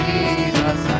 Jesus